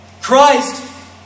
Christ